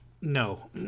no